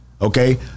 Okay